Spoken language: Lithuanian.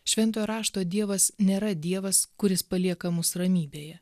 šventojo rašto dievas nėra dievas kuris palieka mus ramybėje